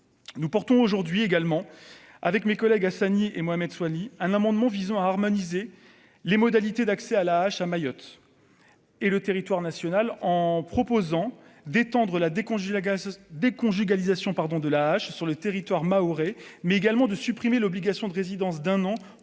nous portons aujourd'hui également avec mes collègues Hassani et Mohamed Souani un amendement visant à harmoniser les modalités d'accès à la hache à Mayotte et le territoire national, en proposant d'étendre la décongèle agace déconjugalisation pardon de la H sur le territoire mahorais, mais également de supprimer l'obligation de résidence d'un an